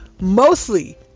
mostly